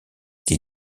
die